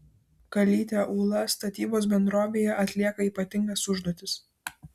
kalytė ūla statybos bendrovėje atlieka ypatingas užduotis